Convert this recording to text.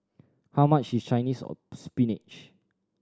how much is Chinese or spinach